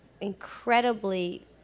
incredibly